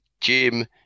Jim